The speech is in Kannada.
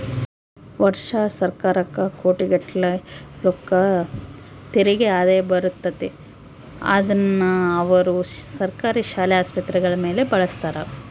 ವರ್ಷಾ ಸರ್ಕಾರಕ್ಕ ಕೋಟಿಗಟ್ಟಲೆ ರೊಕ್ಕ ತೆರಿಗೆ ಆದಾಯ ಬರುತ್ತತೆ, ಅದ್ನ ಅವರು ಸರ್ಕಾರಿ ಶಾಲೆ, ಆಸ್ಪತ್ರೆಗಳ ಮೇಲೆ ಬಳಸ್ತಾರ